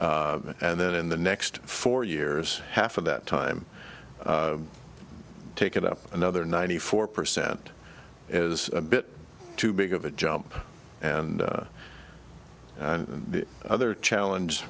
five and then in the next four years half of that time take it up another ninety four percent is a bit too big of a jump and and the other challenge